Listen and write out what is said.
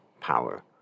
power